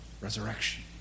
resurrection